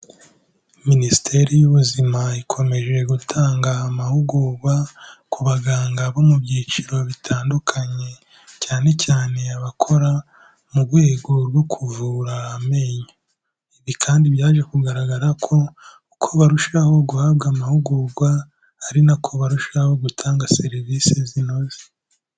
Minisiteri y'Ubuzima ikomeje gutanga amahugurwa ku baganga bo mu byiciro bitandukanye, cyane cyane abakora mu rwego rwo kuvura amenyo. Ibi kandi byaje kugaragara ko, uko barushaho guhabwa amahugurwa, ari na ko barushaho gutanga serivise zinoze.